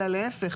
אלא להיפך